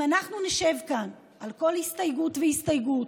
אם אנחנו נשב כאן על כל הסתייגות והסתייגות,